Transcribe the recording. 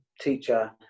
teacher